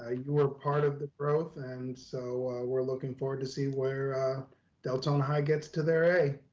ah you were part of the growth. and so we're looking forward to seeing where deltona high gets to their a.